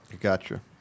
Gotcha